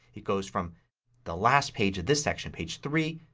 it goes from the last page of this section, page three,